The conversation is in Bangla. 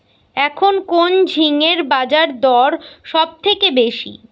এখন কোন ঝিঙ্গের বাজারদর সবথেকে বেশি?